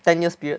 ten years period